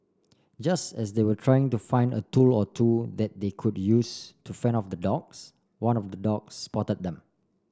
just as they were trying to find a tool or two that they could use to fend off the dogs one of the dogs spotted them